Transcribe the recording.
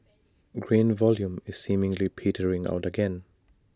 grain volume is seemingly petering out again